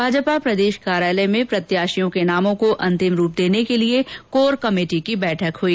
भाजपा प्रदेश कार्यालय में प्रत्याशियों के नामों को अंतिम रूप देने के लिए कोर कमेटी की बैठक हुई